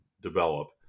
develop